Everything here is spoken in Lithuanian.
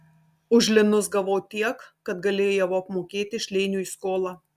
už linus gavau tiek kad galėjau apmokėti šleiniui skolą